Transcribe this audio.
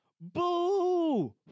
Boo